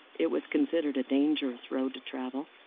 it was considered a dangerous road to travel.